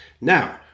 Now